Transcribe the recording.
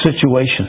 situations